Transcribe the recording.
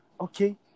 okay